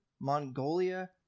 Mongolia